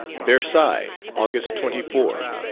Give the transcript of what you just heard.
versailles, august twenty four.